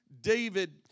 David